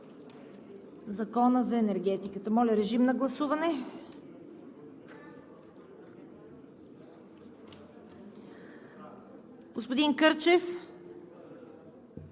по енергетика.“ Моля, режим на гласуване. Господин Кърчев?